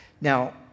Now